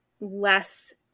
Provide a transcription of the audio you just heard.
less